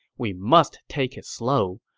we must take it slow.